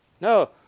No